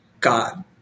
God